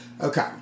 Okay